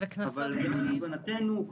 אבל להבנתנו,